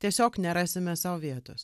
tiesiog nerasime sau vietos